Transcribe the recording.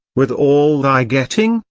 with all thy getting,